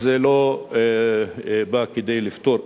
וזה לא בא כדי לפתור,